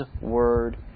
Word